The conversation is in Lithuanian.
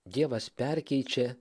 dievas perkeičia